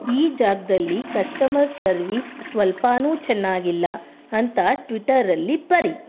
ಈ ಜಾಗದಲ್ಲಿ customer service ಸ್ವಲ್ಪನೂ ಚೆನ್ನಾಗಿಲ್ಲ ಅಂತ ಟ್ವಿಟ್ಟರಲ್ಲಿ ಬರಿ